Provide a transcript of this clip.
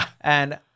and-